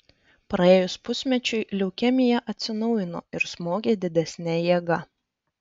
praėjus pusmečiui leukemija atsinaujino ir smogė didesne jėga